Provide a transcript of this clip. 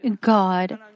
God